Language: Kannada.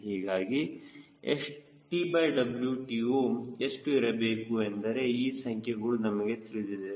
ಹೀಗಾಗಿ TWTO ಎಷ್ಟು ಇರಬೇಕು ಎಂದರೆ ಈ ಸಂಖ್ಯೆಗಳು ನಮಗೆ ತಿಳಿದಿದೆ